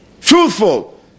truthful